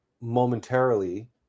momentarily